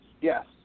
Yes